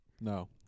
No